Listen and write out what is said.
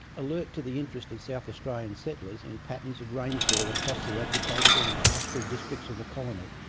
alert to the interest of south australian settlers in patterns of rainfall across the agricultural and pastoral districts of the colony,